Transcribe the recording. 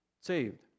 saved